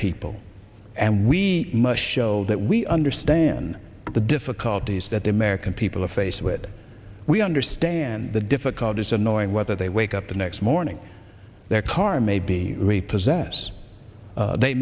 people and we must show that we understand the difficulties that the american people are faced with that we understand the difficulties of knowing whether they wake up the next morning their car may be repossessed they